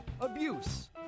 abuse